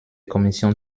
kommission